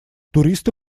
туристы